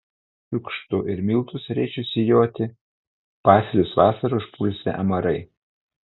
šiukštu ir miltus rėčiu sijoti pasėlius vasarą užpulsią amarai